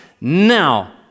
now